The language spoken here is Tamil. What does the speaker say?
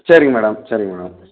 சரிங்க மேடம் சரிங்க மேடம்